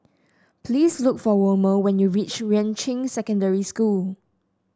please look for Wilmer when you reach Yuan Ching Secondary School